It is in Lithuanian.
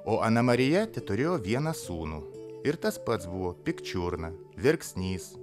o ana marija teturėjo vieną sūnų ir tas pats buvo pikčiurna verksnys